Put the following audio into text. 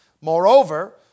Moreover